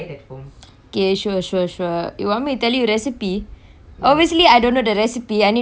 okay sure sure sure you want me to tell you recipe obviously I don't know the recipe I need to ask my mother